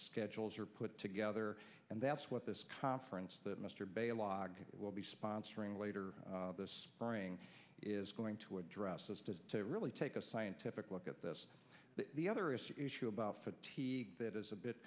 schedules are put together and that's what this conference that mr bayle og will be sponsoring later this spring is going to address is to really take a scientific look at this the other is issue about fatigue that is a bit